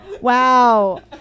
Wow